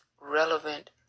relevant